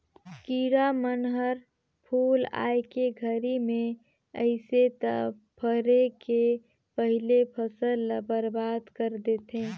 किरा मन हर फूल आए के घरी मे अइस त फरे के पहिले फसल ल बरबाद कर देथे